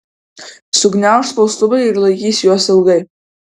sugniauš spaustuvai ir laikys juos ilgai